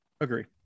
Agree